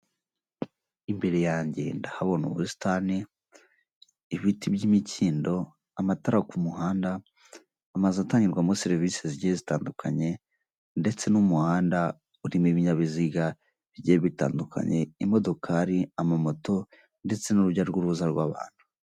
Imbere yanjye ndahabona ubusitani, ibiti by'imikindo, amatara ku muhanda, amazu atangirwamo serivise zigiye zitandukanye, ndetse n'umuhanda urimo ibinyabiziga bigiye bitandukanye, imodokari, amamoto, ndetse n'urujya rw'uruza rw'abantu.